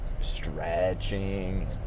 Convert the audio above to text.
stretching